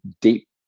deep